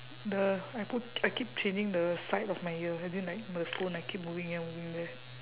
the I put I keep changing the side of my ear as in like the phone I keep moving here moving there